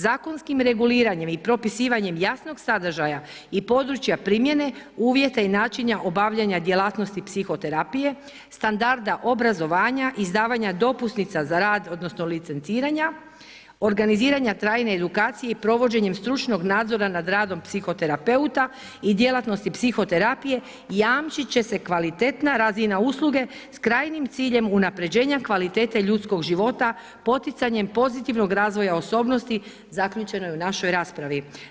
Zakonskim reguliranjem i propisivanjem jasnog sadržaja i područja primjene uvjeta i načina obavljanja djelatnosti psihoterapije, standarada obrazovanja, izdavanja dopusnica za rad odnosno licenciranja, organiziranja trajne edukacije i provođenjem stručnog nadzora nad radom psihoterapeuta i djelatnosti psihoterapije jamčit će se kvalitetna razina usluge s krajnjim ciljem unapređenja kvalitete ljudskog života, poticanjem pozitivnog razvoja osobnosti zaključeno je u našoj raspravi.